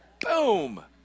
Boom